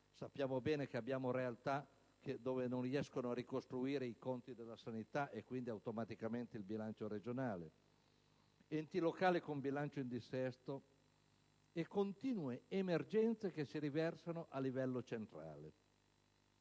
sappiamo bene che abbiamo realtà dove non riescono a ricostruire i conti della sanità e automaticamente il bilancio regionale), enti locali con bilanci in dissesto e continue emergenze che si riversano a livello centrale.